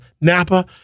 Napa